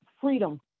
freedom